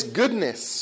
goodness